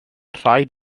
rhaid